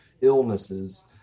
illnesses